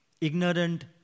ignorant